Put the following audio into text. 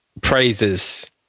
praises